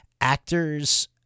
actors